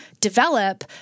develop